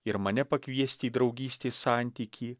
ir mane pakviesti į draugystės santykį